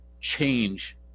change